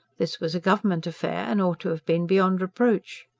this was a government affair and ought to have been beyond reproach.